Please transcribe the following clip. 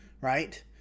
right